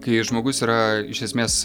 kai žmogus yra iš esmės